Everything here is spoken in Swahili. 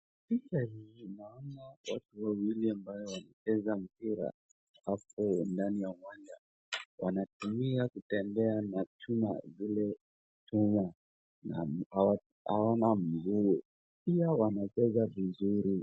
Kwa picha hii naona watu wawili ambao wanacheza mpira hapo ndani ya uwanja. Wanatumia kutembea na chuma hawana miguu. pia wanacheza vizuri.